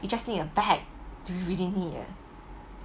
you just need a bag do you really need a